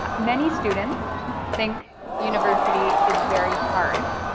um many students think university is very hard.